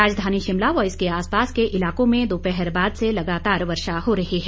राजधानी शिमला व इसके आसपास के इलाकों में दोपहर बाद से लगातार वर्षा हो रही है